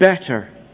better